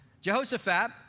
Jehoshaphat